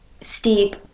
steep